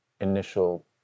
initial